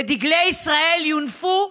ודגלי ישראל יונפו,